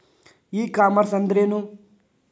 E commerce ಅಂದ್ರೇನು?